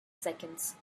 seconds